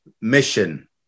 mission